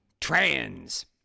Trans